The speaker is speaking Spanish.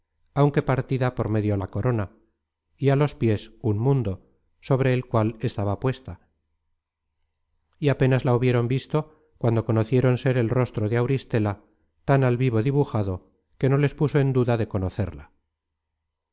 aunque partida por medio la corona y á los piés un mundo sobre el cual estaba puesta y apénas la hubieron visto cuando conocieron ser el rostro de auristela tan al vivo dibujado que no les puso en duda de conocerla